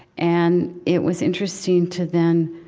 and it was interesting to then